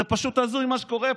זה פשוט הזוי, מה שקורה פה.